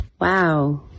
wow